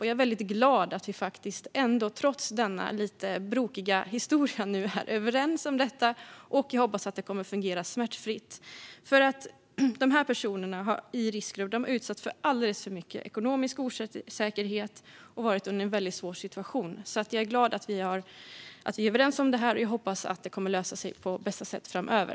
Jag är väldigt glad över att vi trots denna lite brokiga historia nu är överens om detta, och jag hoppas att det kommer att fungera smärtfritt. Personerna i riskgrupp har utsatts för alldeles för mycket ekonomisk osäkerhet och har varit i en väldigt svår situation. Därför är jag glad över att vi är överens om detta, och jag hoppas att det kommer att lösa sig på bästa sätt framöver.